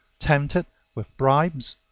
tempted with bribes,